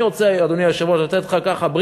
אני רוצה, אדוני היושב-ראש, לתת לך ככה brief